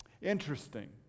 interesting